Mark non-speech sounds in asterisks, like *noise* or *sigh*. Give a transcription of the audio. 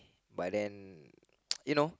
but then *noise* you know